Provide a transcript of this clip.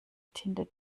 tinte